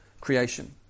creation